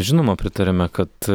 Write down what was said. žinoma pritariame kad